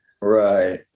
Right